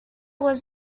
was